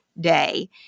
day